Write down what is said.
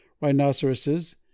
rhinoceroses